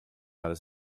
alles